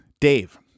Dave